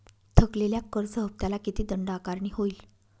थकलेल्या कर्ज हफ्त्याला किती दंड आकारणी होईल?